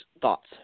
thoughts